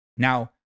Now